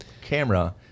camera